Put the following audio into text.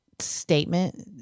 statement